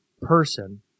person